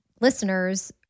listeners